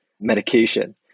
medication